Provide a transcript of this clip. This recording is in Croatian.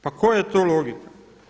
Pa koja je to logika?